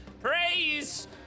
Praise